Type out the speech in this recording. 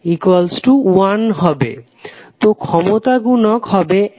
তো ক্ষমতা গুনক হবে এক